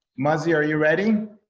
muzzie are you ready?